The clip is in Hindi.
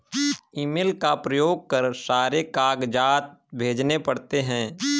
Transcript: ईमेल का प्रयोग कर सारे कागजात भेजने पड़ते हैं